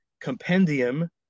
compendium